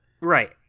right